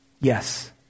Yes